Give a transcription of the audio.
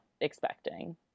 expecting